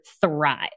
thrive